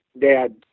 dad